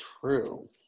true